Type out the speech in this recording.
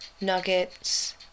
nuggets